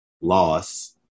loss